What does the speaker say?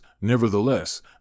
Nevertheless